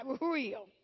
real